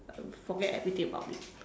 forget everything about it